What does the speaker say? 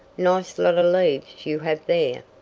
nice lot of leaves you have there.